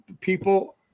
people